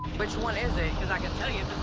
which one is it? because i can tell you